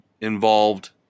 involved